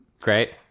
Great